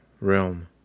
realm